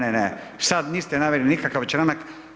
Ne, ne, sada niste naveli nikakav članak.